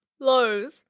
Lows